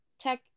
check